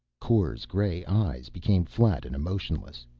kor's gray eyes became flat and emotionless.